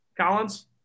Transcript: Collins